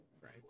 Right